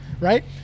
right